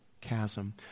chasm